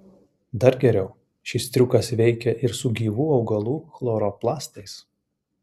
dar geriau šis triukas veikia ir su gyvų augalų chloroplastais